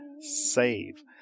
save